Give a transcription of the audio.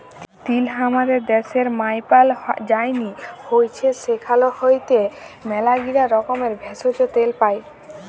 তিল হামাদের ড্যাশের মায়পাল যায়নি হৈচ্যে সেখাল হইতে ম্যালাগীলা রকমের ভেষজ, তেল পাই